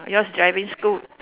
yours driving school